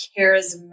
charismatic